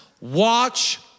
watch